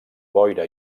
boira